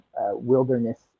wilderness